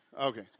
Okay